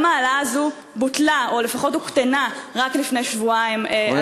גם ההעלאה הזאת בוטלה או לפחות הוקטנה רק לפני שבועיים,